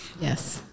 yes